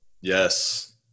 Yes